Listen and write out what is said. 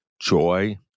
joy